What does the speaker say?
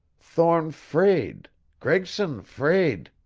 thorne fraid gregson fraid